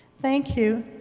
thank you.